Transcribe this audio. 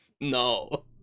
No